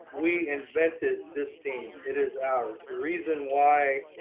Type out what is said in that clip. we invented this team. it is ours. the reason why